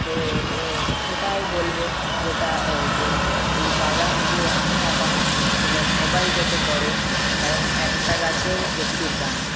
তো সেটাই বলব যেটা যে এই বাগান যে আমি একা না সেটা সবাই যাতে করে কারণ একটা গাছের একটি প্রাণ